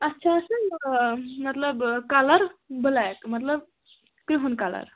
اَتھ چھِ آسان مطلب کَلر بٕلیک مطلب کرٛہُن کَلر